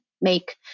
make